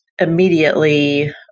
immediately